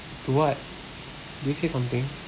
to what did you say something